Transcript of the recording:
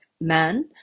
man